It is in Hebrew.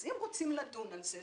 אז אם רוצים לדון על זה,